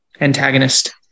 antagonist